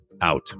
out